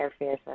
airfares